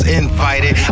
invited